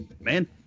man